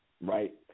right